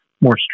more